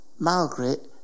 Margaret